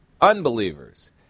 unbelievers